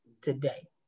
today